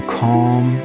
calm